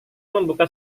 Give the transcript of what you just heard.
membuka